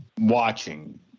watching